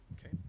Okay